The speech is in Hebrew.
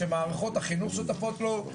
שמערכות החינוך שותפות לו,